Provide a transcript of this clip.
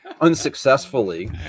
Unsuccessfully